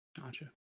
Gotcha